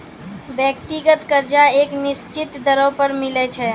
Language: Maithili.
व्यक्तिगत कर्जा एक निसचीत दरों पर मिलै छै